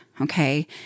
okay